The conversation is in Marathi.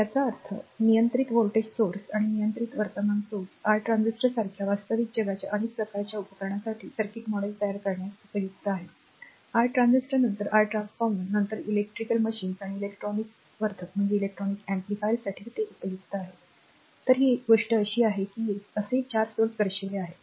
याचा अर्थ नियंत्रित व्होल्टेज स्रोत आणि नियंत्रित वर्तमान स्त्रोत आर ट्रान्झिस्टर सारख्या वास्तविक जगाच्या अनेक प्रकारच्या उपकरणांसाठी सर्किट मॉडेल्स तयार करण्यात उपयुक्त आहेत आर ट्रान्झिस्टर नंतर आर ट्रान्सफॉर्मर नंतर इलेक्ट्रिकल मशीन्स आणि इलेक्ट्रॉनिक वर्धक तर ही गोष्ट अशी आहे की असे 4 स्त्रोत दर्शविले आहेत